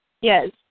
Yes